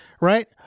Right